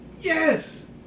yes